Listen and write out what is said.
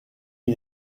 une